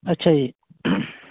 ਅੱਛਾ ਜੀ